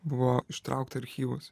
buvo ištraukti archyvus